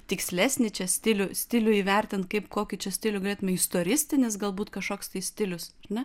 tikslesnį čia stilių stilių įvertint kaip kokį čia stilių galėtume istoristinis galbūt kažkoks tai stilius ne